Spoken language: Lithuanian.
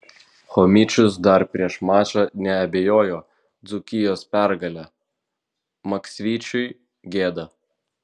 chomičius dar prieš mačą neabejojo dzūkijos pergale maksvyčiui gėda